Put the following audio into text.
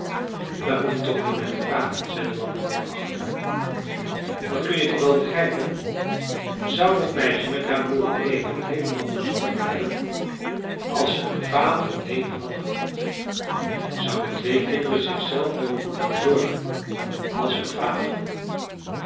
daar hoef je toch niet naar te vragen zei de laplander verachtelijk dat kun je toch wel begrijpen zou dat meisje met haar broer alleen door t heele land gezworven hebben als ze een vader in leven hadden gehad zouden twee kinderen zichzelf hebben moeten verzorgen als ze een vader hadden